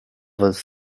his